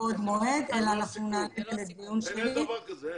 אין דבר כזה.